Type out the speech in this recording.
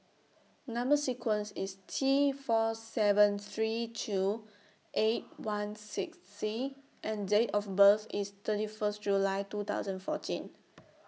Number sequence IS T four seven three two eight one six C and Date of birth IS thirty First July two thousand fourteen